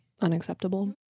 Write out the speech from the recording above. Unacceptable